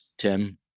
tim